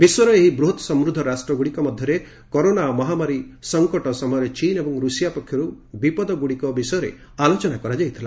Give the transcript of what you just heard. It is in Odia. ବିଶ୍ୱର ଏହି ବୃହତ୍ ସମୃଦ୍ଧ ରାଷ୍ଟ୍ରଗୁଡିକ ମଧ୍ୟରେ କରୋନା ମହାମାରୀ ସଙ୍କଟ ଓ ଚୀନ ଏବଂ ରୁଷିଆ ପକ୍ଷରୁ ବିପଦଗୁଡିକ ବିଷୟରେ ଆଲୋଚନା କରାଯାଇଥିଲା